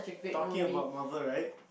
talking about Marvel right